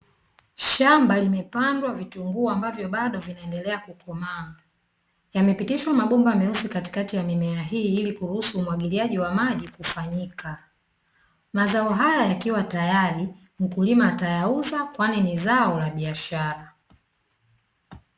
Shamba limepandwa vitunguu ambavyo bado vinaendelea kukomaa, yamepitishwa mabomba meusi katikati ya mimea hii ili kuruhusu umwagiliaji wa maji kufanyika. Mazao haya yakiwa tayari mkulima atayauza, kwani ni zao la biashara.